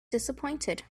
disappointed